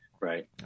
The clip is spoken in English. Right